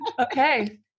Okay